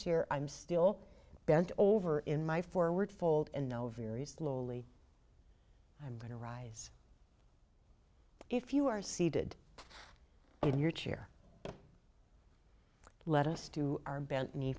chair i'm still bent over in my forward fold and know very slowly i'm going to rise if you are seated in your chair let us do our bent